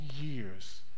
years